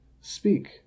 Speak